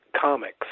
Comics